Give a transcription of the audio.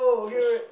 shush